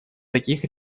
таких